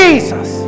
Jesus